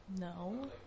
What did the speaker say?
no